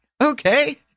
Okay